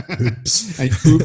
oops